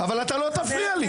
אבל אתה לא תפריע לי.